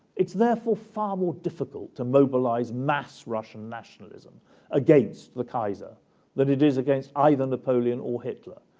it's therefore far more difficult to mobilize mass russian nationalism against the kaiser than it is against either napoleon or hitler,